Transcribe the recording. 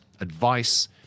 advice